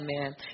amen